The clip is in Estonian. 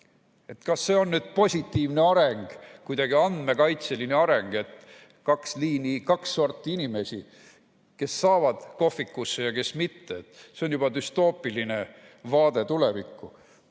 Kas see on positiivne areng, andmekaitseline areng? Kaks liini, kaks sorti inimesi: kes saavad kohvikusse ja kes mitte. See on juba düstoopiline vaade tulevikku.